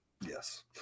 Yes